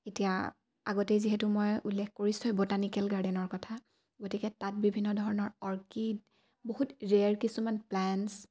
এতিয়া আগতেই যিহেতু মই উল্লেখ কৰিছোঁৱেই বটানিকেল গাৰ্ডেনৰ কথা গতিকে তাত বিভিন্ন ধৰণৰ অৰ্কিড বহুত ৰেয়াৰ কিছুমান প্লেণ্টছ